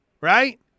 right